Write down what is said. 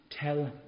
tell